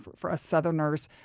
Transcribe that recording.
for us southerners.